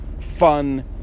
fun